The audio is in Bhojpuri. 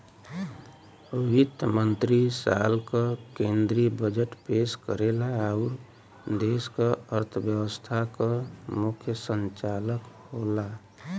वित्त मंत्री साल क केंद्रीय बजट पेश करेला आउर देश क अर्थव्यवस्था क मुख्य संचालक होला